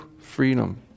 freedom